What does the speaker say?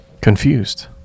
confused